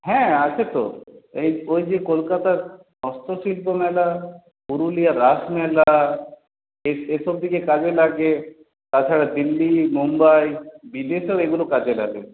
হ্যাঁ আছে তো এই ওই যে কলকাতার হস্তশিল্প মেলা পুরুলিয়ার রাস মেলা এ সব দিকে কাজে লাগে তা ছাড়া দিল্লি মুম্বাই বিদেশেও এগুলো কাজে লাগে